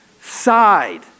side